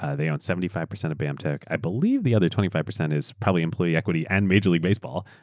ah they own seventy five percent of bamtech, i believe the other twenty five percent is probably employee equity and major league baseball.